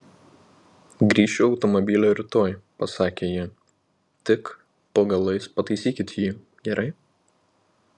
grįšiu automobilio rytoj pasakė ji tik po galais pataisykit jį gerai